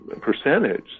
percentage